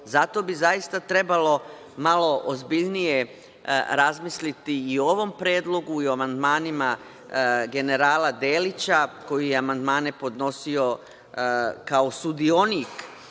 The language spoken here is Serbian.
Zato bi zaista trebalo malo ozbiljnije razmisliti i o ovom predlogu i o amandmanima generala Delića koji je amandmane podnosio kao sudionik